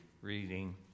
reading